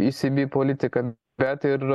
isibi politiką bet ir